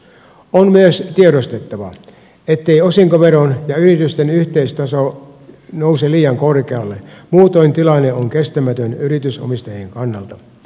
on myös tiedostettava ettei osinkoveron ja yritysten yhteistaso nouse liian korkealle muutoin tilanne on kestämätön yritysomistajien kannalta